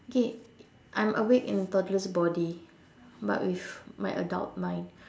okay I'm awake in a toddler's body but with my adult mind